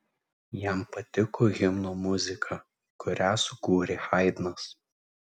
jam patiko himno muzika kurią sukūrė haidnas